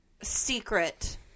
secret